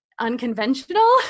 unconventional